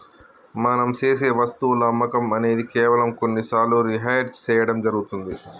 మనం సేసె వస్తువుల అమ్మకం అనేది కేవలం కొన్ని సార్లు రిహైర్ సేయడం జరుగుతుంది